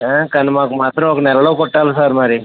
కాని మాకు మాత్రం ఒక నెలలో కుట్టాలి సార్ మరి